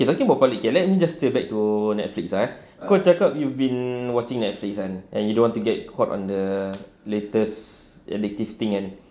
okay talking about poly let me just stay back to Netflix ah eh kau cakap you've been watching Netflix kan and you don't want to get caught on the latest addictive thing kan